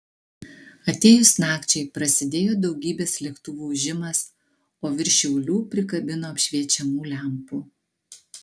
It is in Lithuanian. atėjus nakčiai prasidėjo daugybės lėktuvų ūžimas o virš šiaulių prikabino apšviečiamų lempų